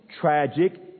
tragic